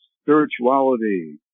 spirituality